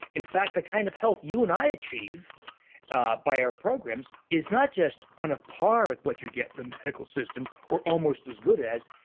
in fact, the kind of health you and i achieve ah by our programs is not just on a par with what you get the medical system or almost as good as.